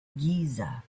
giza